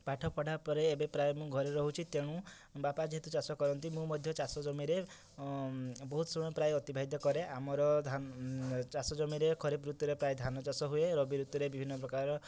ପାଠ ପଢ଼ା ପରେ ଏବେ ପ୍ରାୟ ମୁଁ ଘରେ ରହୁଛି ତେଣୁ ବାପା ଯେହେତୁ ଚାଷ କରନ୍ତି ମୁଁ ମଧ୍ୟ ଚାଷ ଜମିରେ ବହୁତ ସମୟ ପ୍ରାୟ ଅତିବାହିତ କରେ ଆମର ଚାଷ ଜମିରେ ଖରିପ ଋତୁ ରେ ପ୍ରାୟ ଧାନ ଚାଷ ହୁଏ ରବି ଋତୁରେ ବିଭିନ୍ନ ପ୍ରକାର